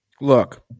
Look